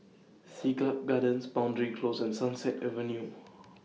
Siglap Gardens Boundary Close and Sunset Avenue